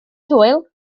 hwyl